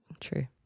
True